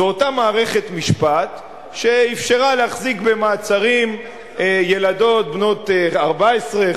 זו אותה מערכת משפט שאפשרה להחזיק במעצרים ילדות בנות 14,